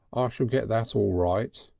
ah shall get that all right.